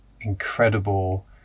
incredible